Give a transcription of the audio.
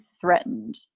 threatened